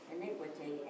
iniquity